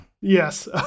Yes